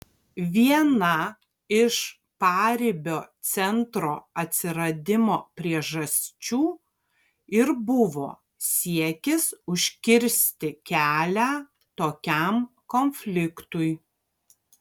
viena iš paribio centro atsiradimo priežasčių ir buvo siekis užkirsti kelią tokiam konfliktui